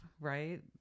right